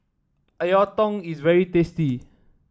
a Lontong is very tasty